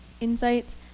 insights